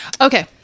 okay